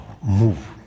move